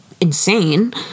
insane